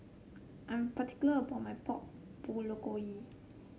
I'm particular about my Pork Bulgogi